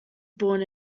born